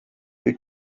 you